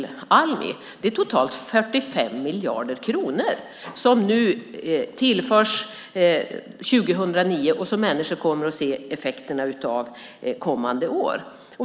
Totalt tillförs alltså 45 miljarder kronor 2009, pengar som människor får se effekterna av under kommande år.